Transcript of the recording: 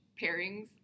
pairings